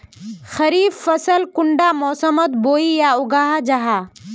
खरीफ फसल कुंडा मोसमोत बोई या उगाहा जाहा?